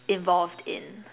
involved in